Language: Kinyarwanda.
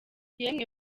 yemwe